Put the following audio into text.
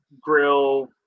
grill